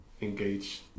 engage